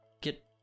get